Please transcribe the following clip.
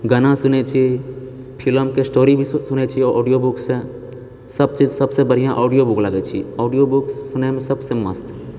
गाना सुनै छी फिलमके स्टोरी भी सुनै छियै ऑडियो बुकसँ सबचीज सबसँ बढ़िआँ ऑडियो बुक लागैत छै ऑडियो बुक सुनए मे सबसँ मस्त